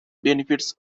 benefits